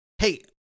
Hey